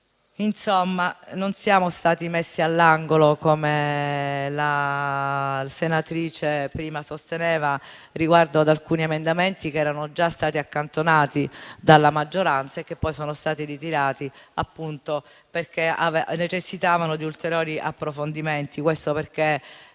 Non siamo stati messi all'angolo come la senatrice prima sosteneva riguardo ad alcuni emendamenti che erano già stati accantonati dalla maggioranza e che poi sono stati ritirati perché necessitavano di ulteriori approfondimenti. La Commissione